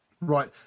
Right